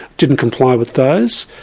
didn't comply with those.